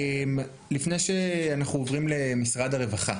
לפני שאנחנו עוברים למשרד הרווחה,